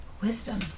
Wisdom